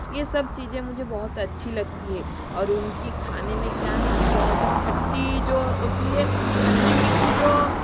ये सब चीज़ें मुझे बहुत अच्छी लगती है और उनकी खाने मे क्या है कि बहुत खट्टी जो होती है खट्टी मीठी जो